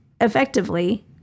effectively